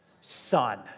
Son